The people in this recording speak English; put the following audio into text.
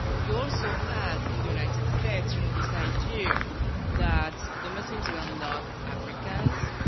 you also had in the united states you know this idea that the muslims were not africans,